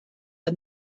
and